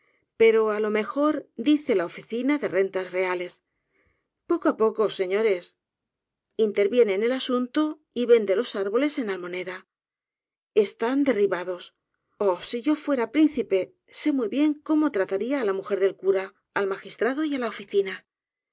pero á lo mejor dice la oficina de rentas reales poco á poeo señores interviene en el asunto y vende los árboles en almoneda están derribados oh si yo fuera principe sé muy bien cómo trataría á la mujer del cura al magistrado y á la oficina